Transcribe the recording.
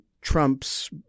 Trump's